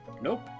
Nope